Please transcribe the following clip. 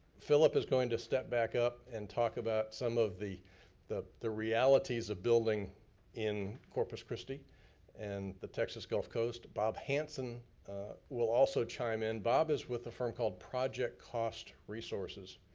phillip is going to step back up and talk about some of the the realities of building in corpus christie and the texas gulf coast. bob hanson will also chime in. bob is with a firm called project cost resources,